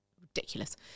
ridiculous